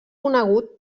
conegut